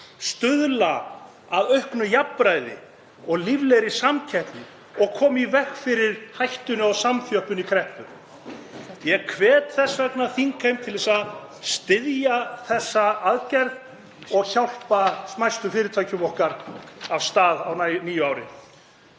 stuðla að auknu jafnræði og líflegri samkeppni og koma í veg fyrir hættuna á samþjöppun í kreppu. Ég hvet þess vegna þingheim til að styðja þessa aðgerð og hjálpa smæstu fyrirtækjum okkar af stað á nýju ári.